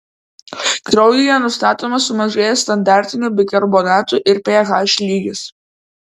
kraujyje nustatomas sumažėjęs standartinių bikarbonatų ir ph lygis